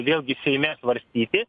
vėlgi seime svarstyti